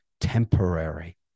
temporary